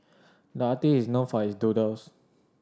the artist is known for his doodles